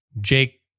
jake